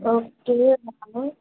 okay కానీ